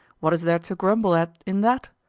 what is there to grumble at in that?